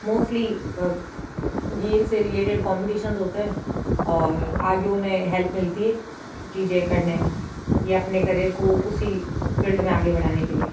mostly game से related competitions होते हैं और आगे उन्हें हेल्प मिलती हैं चीज़ें करने में या अपने करिअर को उसी फ़ील्ड मे आगे बढ़ाने के लिए